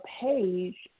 page